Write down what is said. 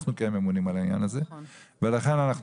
אנחנו כן ממונים על העניין הזה ולכן אנחנו